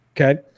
Okay